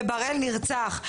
ובראל נרצח.